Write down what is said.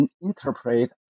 interpret